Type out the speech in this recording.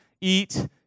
eat